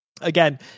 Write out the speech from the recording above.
Again